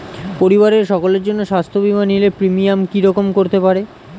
পরিবারের সকলের জন্য স্বাস্থ্য বীমা নিলে প্রিমিয়াম কি রকম করতে পারে?